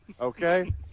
okay